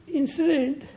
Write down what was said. incident